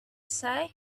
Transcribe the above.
say